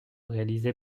réalisée